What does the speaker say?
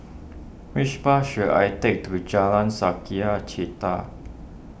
which bus should I take to Jalan Sukachita